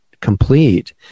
complete